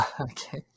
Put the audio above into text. Okay